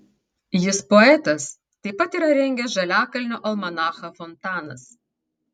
jis poetas taip pat yra rengęs žaliakalnio almanachą fontanas